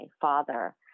father